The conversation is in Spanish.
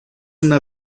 una